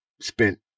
spent